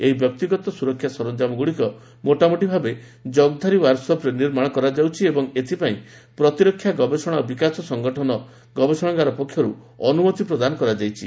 ଏହି ବ୍ୟକ୍ତିଗତ ସୁରକ୍ଷା ସରଞ୍ଜାମଗୁଡ଼ିକ ମୋଟାମୋଟି ଭାବେ ଜଗଧାରୀ ୱାର୍କସପ୍ରେ ନିର୍ମାଣ କରାଯାଉଛି ଓ ଏଥିପାଇଁ ପ୍ରତିରକ୍ଷା ଗବେଷଣା ଓ ବିକାଶ ସଂଗଠନ ଗବେଷଣାଗାର ପକ୍ଷରୁ ଅନୁମତି ପ୍ରଦାନ କରାଯାଇଛି